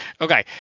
okay